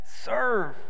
Serve